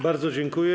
Bardzo dziękuję.